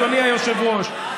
אדוני היושב-ראש,